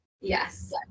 Yes